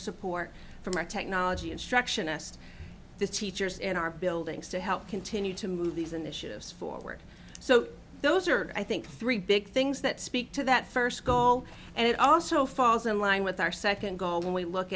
support from our technology instruction assist the teachers in our buildings to help continue to move these initiatives forward so those are i think three big things that speak to that first goal and it also falls in line with our second goal when we look